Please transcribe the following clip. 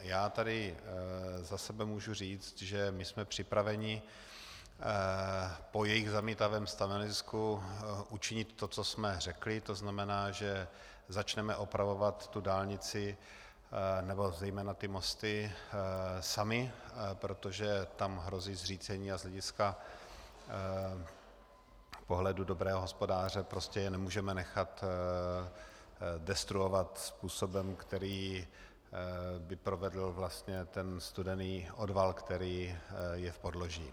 Já tady za sebe mohu říct, že jsme připraveni po jejich zamítavém stanovisku učinit to, co jsme řekli, to znamená, že začneme opravovat dálnici, zejména ty mosty, sami, protože tam hrozí zřícení a z hlediska pohledu dobrého hospodáře prostě je nemůžeme nechat destruovat způsobem, který by provedl vlastně ten studený odval, který je v podloží.